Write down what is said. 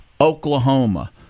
Oklahoma –